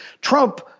Trump